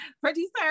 Producer